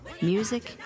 Music